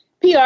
PR